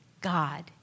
God